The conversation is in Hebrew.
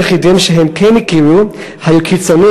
שהחרדים היחידים שהם כן הכירו היו קיצונים